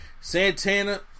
Santana